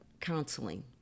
counseling